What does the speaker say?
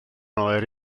oer